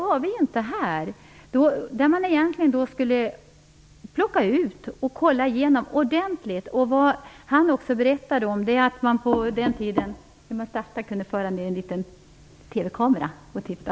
Man borde egentligen plocka ut allt och kolla igenom det ordentligt. Han berättade också att man på hans tid sakta kunde föra ner en liten TV kamera och titta.